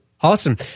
Awesome